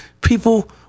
People